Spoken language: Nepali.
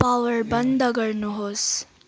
पावर बन्द गर्नुहोस्